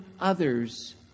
others